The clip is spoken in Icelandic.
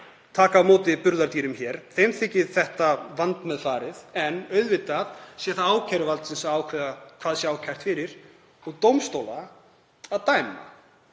taka á móti burðardýrum hér þyki þetta vandmeðfarið en auðvitað sé það ákæruvaldsins að ákveða hvað sé ákært fyrir og dómstóla að dæma.